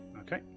Okay